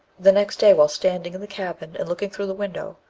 the next day, while standing in the cabin and looking through the window,